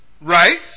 right